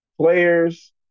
players